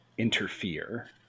interfere